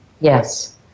Yes